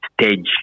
stage